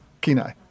Kenai